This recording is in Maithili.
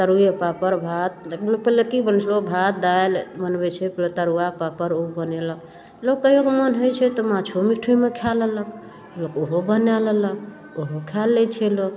तरुए पापड़ भात पहिले लोक की बनबैत छै भात दालि बनबैत छियै फेर तरुआ पापड़ ओहो बनेलक लोक कहिओ कऽ मन होइत छै तऽ माछो मीठो ओहिमे खाय ले लक लोक ओहो बनाय लेलक ओहो खाय लै छै लोक